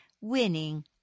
winning